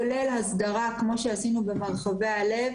כולל הסדרה כמו שעשינו במרחבי הלב,